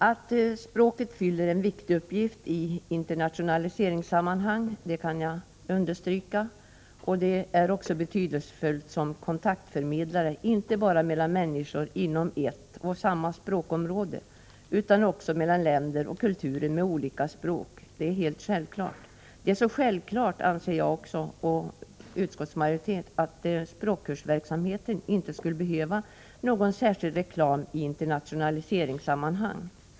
Att språket fyller en viktig uppgift i internationaliseringssammanhang kan jag understryka. Det är också betydelsefullt som kontaktförmedlare, inte bara mellan människor inom ett och samma språkområde utan också mellan länder och kulturer med olika språk. Det är helt självklart. Det är så självklart, anser jag och utskottsmajoriteten, att språkkursverksamheten inte skulle behöva någon särskild reklam i fråga om internationaliseringen.